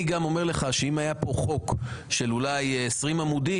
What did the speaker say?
אני גם אומר לך שאם היה כאן חוק של אולי 20 עמודים